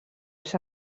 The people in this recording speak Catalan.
les